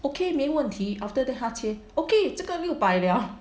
okay 没问题 after that 他就 okay 这个六百了